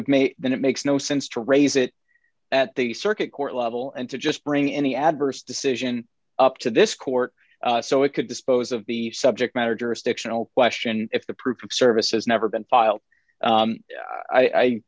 have made then it makes no sense to raise it at the circuit court level and to just bring any adverse decision up to this court so it could dispose of the subject matter jurisdictional question if the proof of service has never been file